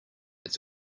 its